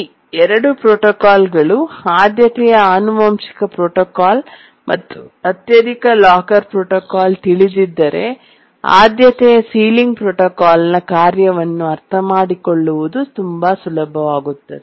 ಈ ಎರಡು ಪ್ರೋಟೋಕಾಲ್ಗಳು ಆದ್ಯತೆಯ ಆನುವಂಶಿಕ ಪ್ರೋಟೋಕಾಲ್ ಮತ್ತು ಅತ್ಯಧಿಕ ಲಾಕರ್ ಪ್ರೋಟೋಕಾಲ್ ತಿಳಿದಿದ್ದರೆ ಆದ್ಯತೆಯ ಸೀಲಿಂಗ್ ಪ್ರೋಟೋಕಾಲ್ನ ಕಾರ್ಯವನ್ನು ಅರ್ಥಮಾಡಿಕೊಳ್ಳುವುದು ತುಂಬಾ ಸುಲಭವಾಗುತ್ತದೆ